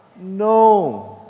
No